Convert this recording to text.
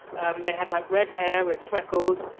um they had like red hair and freckles,